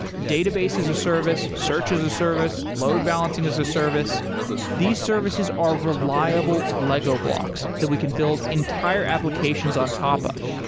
database as a service, search as a service, load-balancing as a service these services are reliable lego blocks that we can build entire applications on top of.